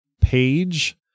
page